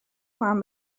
کنم